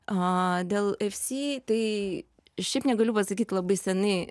a dėl fc tai šiaip negaliu pasakyt labai senai